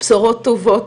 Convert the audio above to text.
בשורות טובות,